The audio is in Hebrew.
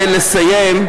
לסיים,